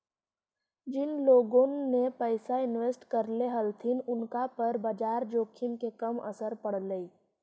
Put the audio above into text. जिन लोगोन ने पैसा इन्वेस्ट करले हलथिन उनका पर बाजार जोखिम के कम असर पड़लई